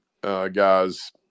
guys